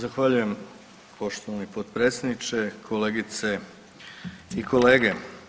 Zahvaljujem poštovani potpredsjedniče, kolegice i kolege.